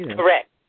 Correct